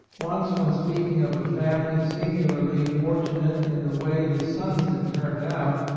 once, when speaking of a family singularly fortunate in the way the sons had turned out,